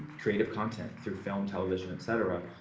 creative content through film, tv, etc.